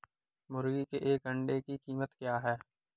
मुर्गी के एक अंडे की कीमत क्या है?